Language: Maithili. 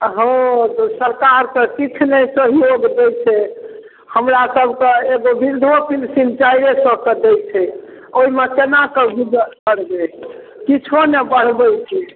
हँ तऽ सरकार तऽ किछु नहि सहयोग दै छै हमरासभके एगो वृद्धो पेंशन चारिए सए के होइ छै ओहिमे केना कऽ गुजर करबै किछो नहि बढ़बै छै